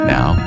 Now